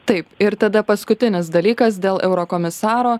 taip ir tada paskutinis dalykas dėl eurokomisaro